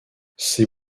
ses